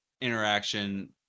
interaction